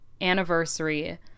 anniversary